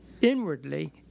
inwardly